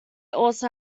also